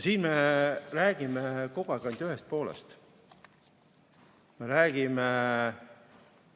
Siin me räägime kogu aeg ainult ühest poolest. Me räägime